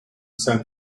san